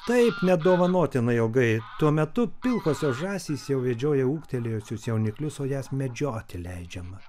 taip nedovanotinai ilgai tuo metu pilkosios žąsys jau vedžioja ūgtelėjusius jauniklius o jas medžioti leidžiama